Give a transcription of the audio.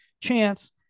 Chance